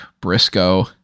Briscoe